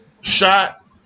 shot